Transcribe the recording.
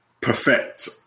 perfect